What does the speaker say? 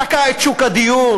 תקע את שוק הדיור.